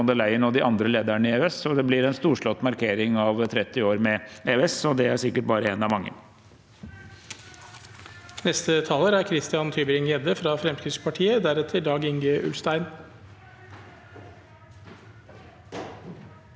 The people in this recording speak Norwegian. von der Leyen og de andre lederne i EØS. Det blir en storslått markering av 30 år med EØS, og det er sikkert bare en av mange.